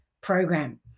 program